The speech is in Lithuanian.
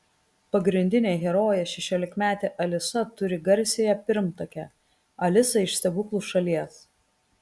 pagrindinė herojė šešiolikmetė alisa turi garsiąją pirmtakę alisą iš stebuklų šalies